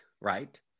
right